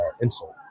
insult